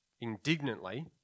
indignantly